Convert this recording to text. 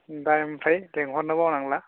दा ओमफ्राय लिंहरनो बावनांला